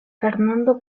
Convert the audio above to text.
fernando